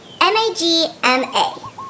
M-A-G-M-A